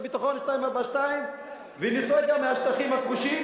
הביטחון 242 ונסוגה מהשטחים הכבושים?